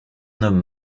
homme